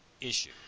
issue